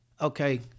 okay